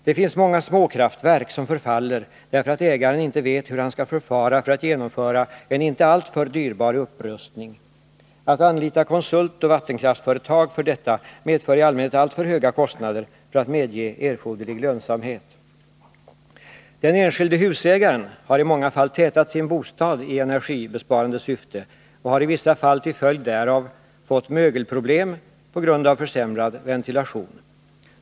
Det finns många småkraftverk som förfaller därför att ägaren inte vet hur han skall förfara för att genomföra en inte alltför dyrbar upprustning. Att anlita konsultoch vattenkraftföretag för detta medför i allmänhet alltför höga kostnader för att medge erforderlig lönsamhet. Den enskilde husägaren har i många fall tätat sin bostad i energibesparande syfte och har i vissa fall till följd därav fått mögelproblem på grund av försämrad ventilation.